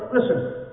Listen